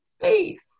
Faith